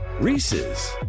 Reese's